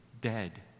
dead